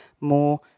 more